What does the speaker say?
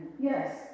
Yes